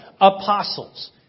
Apostles